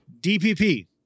DPP